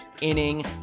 inning